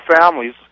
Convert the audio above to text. families